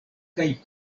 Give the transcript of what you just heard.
kaj